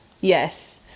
Yes